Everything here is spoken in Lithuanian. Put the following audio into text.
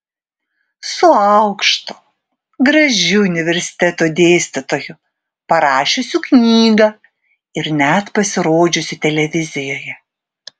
su aukštu gražiu universiteto dėstytoju parašiusiu knygą ir net pasirodžiusiu televizijoje